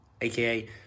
aka